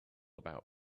about